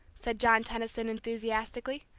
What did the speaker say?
said john tenison, enthusiastically.